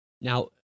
Now